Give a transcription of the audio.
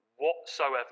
whatsoever